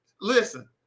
listen